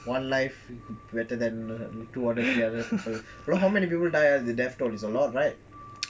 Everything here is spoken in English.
one life better than two other lives bro how many people die ah the death toll is a lot right